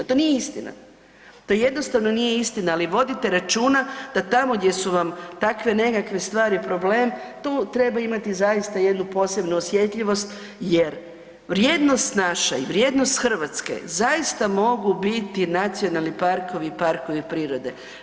To nije istina, to jednostavno nije istina, ali vodite računa da tamo gdje su vam takve nekakve stvari problem tu treba imati zaista jednu posebnu osjetljivost jer vrijednost naša i vrijednost Hrvatske zaista mogu biti nacionalni parkovi i parkovi prirode.